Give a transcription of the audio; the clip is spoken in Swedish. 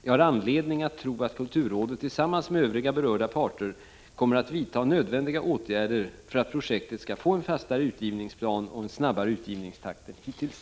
Jag har anledning att tro att kulturrådet tillsammans med övriga berörda parter kommer att vidta nödvändiga åtgärder för att projektet skall få en fastare utgivningsplan och en snabbare utgivningstakt än hittills.